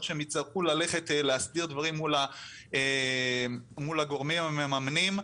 לאחר שהם יצטרכו ללכת להסדיר דברים מול הגורמים המממנים.